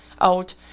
out